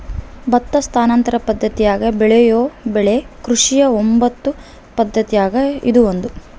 ಭತ್ತ ಸ್ಥಾನಾಂತರ ಪದ್ದತಿಯಾಗ ಬೆಳೆಯೋ ಬೆಳೆ ಕೃಷಿಯ ಒಂಬತ್ತು ಪದ್ದತಿಯಾಗ ಇದು ಒಂದು